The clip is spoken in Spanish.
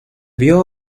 vio